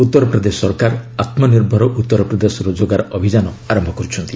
ଉତ୍ତରପ୍ରଦେଶ ସରକାର ଆତ୍ମନିର୍ଭର ଉତ୍ତରପ୍ରଦେଶ ରୋଜଗାର ଅଭିଯାନ ଆରମ୍ଭ କରୁଛନ୍ତି